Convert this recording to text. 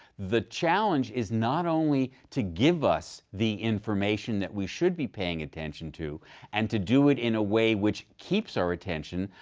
the challenge is not only to give us the information that we should be paying attention to and to do it in a way which keeps our attention,